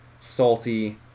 salty